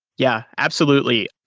yeah, absolutely.